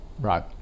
Right